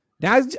Now